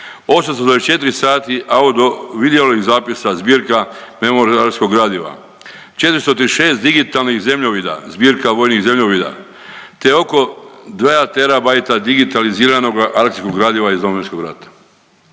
824 sati audiovidealnih zapisa zbirka memorijalskog gradiva, 436 digitalnih zemljovida zbirka vojnih zemljovida te oko 2 terabajta digitaliziranoga arhivskog gradiva iz Domovinskog rata.